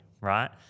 right